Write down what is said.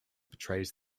portrays